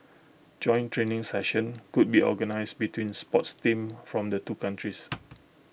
joint training sessions could be organised between sports teams from the two countries